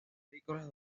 agrícolas